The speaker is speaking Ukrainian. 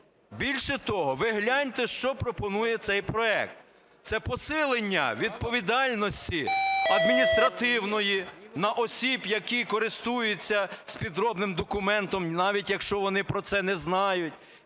Більше того, ви гляньте, що пропонує цей проект – це посилення відповідальності адміністративної на осіб, які користуються підробним документом, навіть якщо вони про це не знають,